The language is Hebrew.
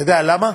אתה יודע למה?